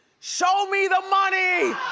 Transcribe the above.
show me the money!